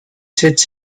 setzt